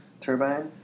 Turbine